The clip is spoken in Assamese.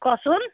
কচোন